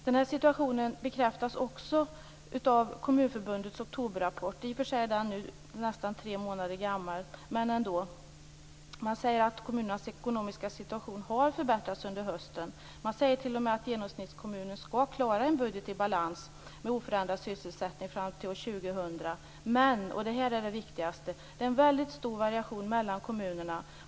Den situationen bekräftas också i Kommunförbundets oktoberrapport. I och för sig är den nu nästan tre månader gammal, men ändå. Man säger att kommunernas ekonomiska situation har förbättrats under hösten. Man säger t.o.m. att genomsnittskommunen skall klara en budget i balans med oförändrad sysselsättning till år 2000. Men, och detta är viktigast, det är en väldigt stor variation mellan kommunerna.